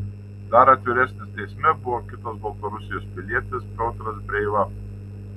dar atviresnis teisme buvo kitas baltarusijos pilietis piotras breiva